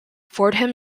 fordham